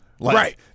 Right